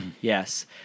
yes